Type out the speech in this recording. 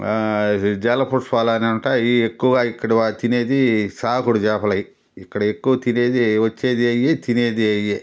జలపుష్పాలు అనుంటాయి అయి ఎక్కువగా ఇక్కడ వ తినేది సాగుడి చేపలయి ఇక్కడ ఎక్కువ తినేది వచ్చేదీ అయే తినేది అయే